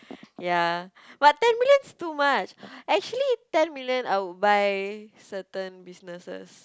ya but ten million is too much actually ten million I would buy certain businesses